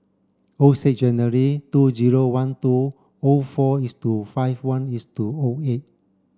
O six January two zero one two O four is to five one is to O eight